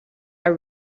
are